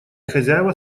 хозяева